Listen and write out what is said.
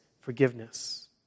forgiveness